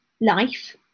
life